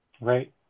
right